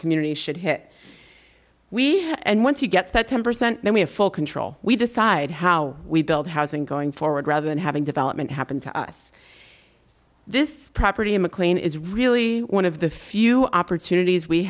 community should hit we have and once he gets that ten percent then we have full control we decide how we build housing going forward rather than having development happen to us this property in mclean is really one of the few opportunities we